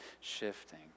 shifting